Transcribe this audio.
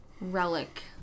relic